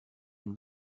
une